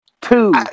Two